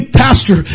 pastor